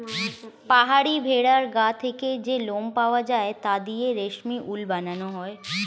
পাহাড়ি ভেড়ার গা থেকে যে লোম পাওয়া যায় তা দিয়ে রেশমি উল বানানো হয়